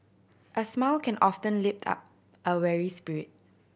a smile can often lift up a weary spirit